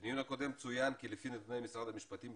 בדיון הקודם צוין כי לפי נתוני משרד המשפטים,